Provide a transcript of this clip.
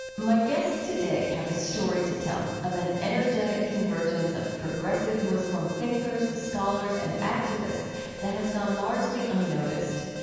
my guests today have a story to tell of an energetic convergence of progressive muslim thinkers, scholars and activists that has gone largely unnoticed.